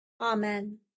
Amen